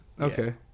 Okay